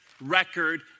record